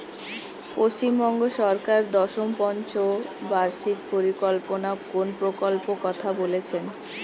পশ্চিমবঙ্গ সরকার দশম পঞ্চ বার্ষিক পরিকল্পনা কোন প্রকল্প কথা বলেছেন?